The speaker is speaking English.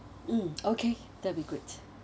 mm okay that'll be good